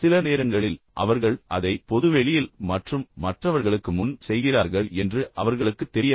சில நேரங்களில் அவர்கள் அதை பொதுவெளியில் மற்றும் மற்றவர்களுக்கு முன் செய்கிறார்கள் என்று அவர்களுக்குத் தெரியாது